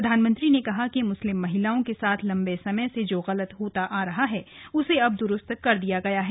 प्रधानमंत्री ने कहा कि मुस्लिम महिलाओं के साथ लंबे समय से जो गलत होता आ रहा था उसे अब दुरूस्त कर दिया गया है